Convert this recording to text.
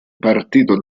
partito